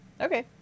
okay